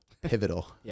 pivotal